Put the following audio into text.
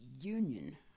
Union